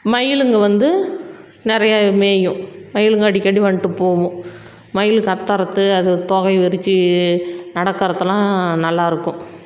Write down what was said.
மயிலுங்கள் வந்து நிறையா மேயும் மயிலுங்கள் அடிக்கடி வந்துட்டு போவும் மயில் கத்துறது அது தோகையை விரித்து நடக்கிறதெல்லாம் நல்லா இருக்கும்